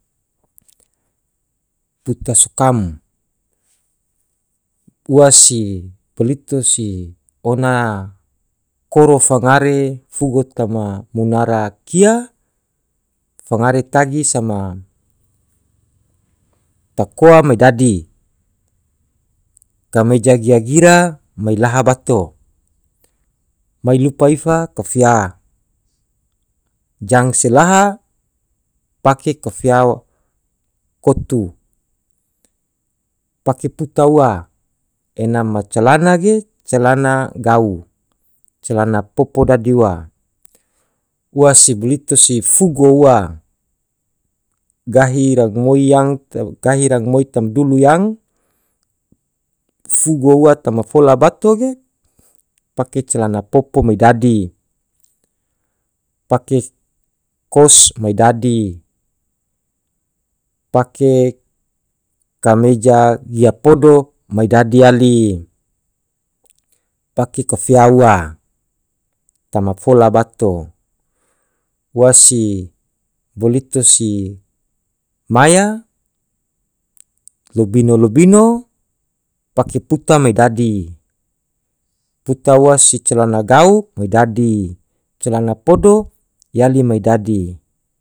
puta sukam ua si plito si ona koro fangare fugo tama munara kia fangare tagi sama takoa me dadi, kameja gia gira me laha bato mei lupa ifa kofia jang selaha pake kofia kotu pake puta ua ena ma calana ge calana gau calana popo dadi ua, ua si blito si fugo ua gahi rak moi yang gahi rak moi tam dulu yang fugo ua tama fola bato ge pake celana popo me dadi, pake kos me dadi, pake kameja gia podo me dadi yali pake kofia ua tama fola bato ua si blioto si maya lobino lobino pake puta me dadi puta ua secalana gauk me dadi calana podo yali me dadi.